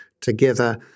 together